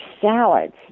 salads